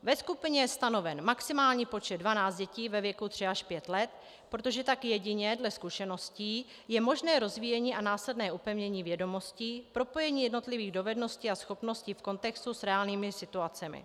Ve skupině je stanoven maximální počet 12 dětí ve věku tři až pět let, protože jedině tak, dle zkušeností, je možné rozvíjení a následné upevnění vědomostí, propojení jednotlivých dovedností a schopností v kontextu s reálnými situacemi.